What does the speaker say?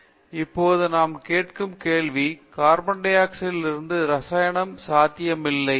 விஸ்வநாதன் இப்போது நாம் கேட்கும் கேள்வி CO2 விலிருந்து ரசாயனம் சாத்தியமில்லை